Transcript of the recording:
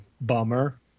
bummer